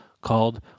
called